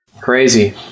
Crazy